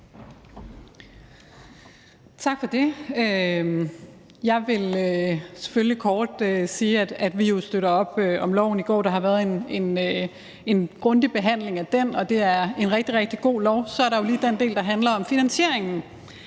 Tak for det. Jeg vil kort sige, at vi jo støtter op om lovforslaget. Der har været en grundig behandling af det, og det er et rigtig, rigtig godt lovforslag. Så er der lige den del, der handler om finansieringen,